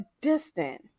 distant